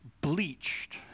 bleached